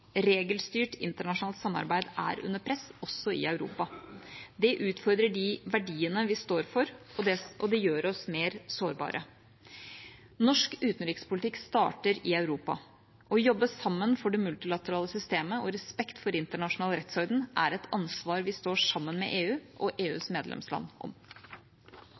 Regelstyrt internasjonalt samarbeid er under press, også i Europa. Det utfordrer de verdiene vi står for, og det gjør oss mer sårbare. Norsk utenrikspolitikk starter i Europa. Å jobbe sammen for det multilaterale systemet og respekt for internasjonal rettsorden er et ansvar vi står sammen med EU og EUs medlemsland om.